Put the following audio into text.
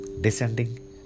descending